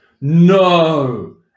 No